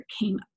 came